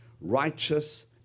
righteous